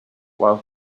while